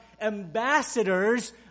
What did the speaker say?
ambassadors